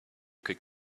could